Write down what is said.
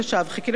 חיכינו להזדמנות.